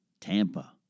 Tampa